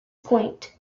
point